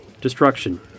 destruction